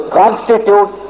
constitute